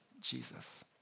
Jesus